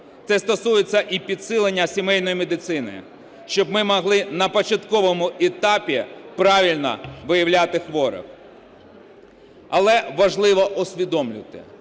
Це стосується і підсилення сімейної медицини, щоб ми могли на початковому етапі правильно виявляти хворих. Але важливо усвідомлювати,